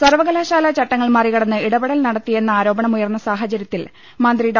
സർവ്വകലാശാല ചട്ടങ്ങൾ മറികടന്ന് ഇടപെടൽ നട ത്തിയെന്ന് ആരോപണം ഉയർന്ന സാഹചര്യത്തിൽ മന്ത്രി ഡോ